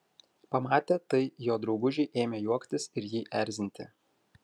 pamatę tai jo draugužiai ėmė juoktis ir jį erzinti